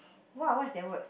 what what's that word